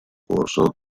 corso